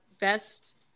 best